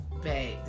Babe